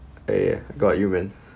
eh got you man